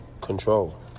control